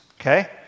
Okay